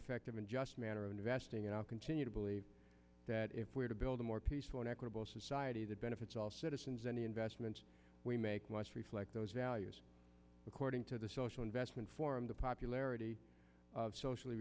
effective than just a matter of investing and i'll continue to believe that if we are to build a more peaceful and equitable society that benefits all citizens any investments we make must reflect those values according to the social investment forum the popularity of socially